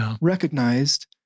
recognized